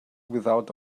without